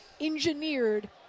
engineered